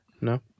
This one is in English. no